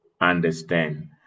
understand